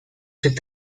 ses